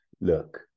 look